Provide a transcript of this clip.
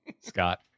Scott